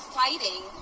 fighting